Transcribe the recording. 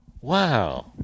wow